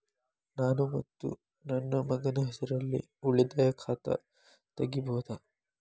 ನಾನು ಮತ್ತು ನನ್ನ ಮಗನ ಹೆಸರಲ್ಲೇ ಉಳಿತಾಯ ಖಾತ ತೆಗಿಬಹುದ?